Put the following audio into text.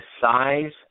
size